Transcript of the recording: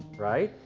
right?